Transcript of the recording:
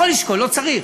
יכול לשקול, לא צריך,